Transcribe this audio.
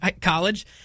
college